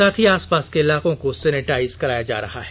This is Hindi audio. साथ ही आसपास के इलाकों को सैनिटाइज कराया जा रहा है